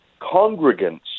congregants